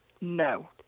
No